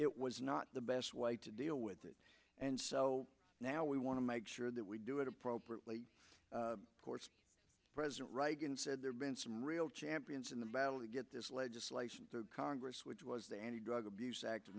it was not the best way to deal with it and so now we want to make sure that we do it appropriately of course president reagan said there have been some real champions in the battle to get this legislation through congress which was the anti drug abuse act